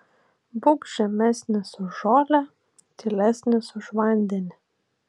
būk žemesnis už žolę tylesnis už vandenį